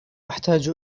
أحتاج